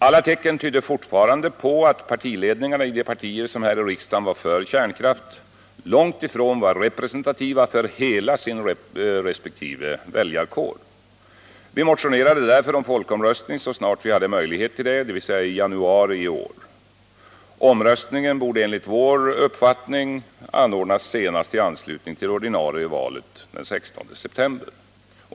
Alla tecken tydde fortfarande på att partiledningarna i de partier som här i riksdagen var för kärnkraft långt ifrån var representativa för hela sina resp. väljarkårer. Vi motionerade därför om folkomröstning så snart vi hade möjlighet till det — dvs. i januari i år. Omröstningen borde enligt vår uppfattning ordnas senast i anslutning till det ordinarie valet den 16 september.